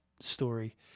story